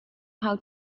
how